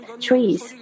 trees